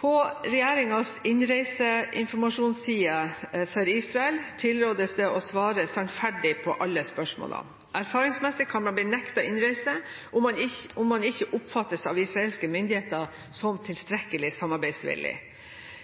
På regjeringens reiseinformasjonssider for Israel tilrådes det å svare sannferdig på alle spørsmålene. Erfaringsmessig kan man bli nektet innreise om man ikke oppfattes av israelske myndigheter som tilstrekkelig samarbeidsvillig.